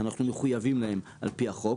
שאנחנו מחויבים להן על פי החוק,